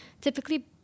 typically